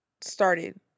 started